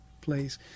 place